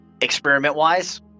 experiment-wise